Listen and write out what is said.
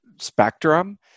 spectrum